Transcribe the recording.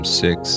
six